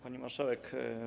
Pani Marszałek!